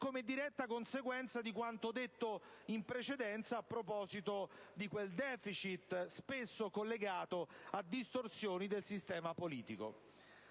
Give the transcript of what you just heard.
come diretta conseguenza di quanto detto in precedenza a proposito di quel *deficit* spesso collegato a distorsioni del sistema politico.